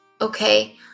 okay